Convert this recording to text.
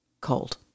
cold